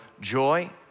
joy